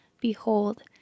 Behold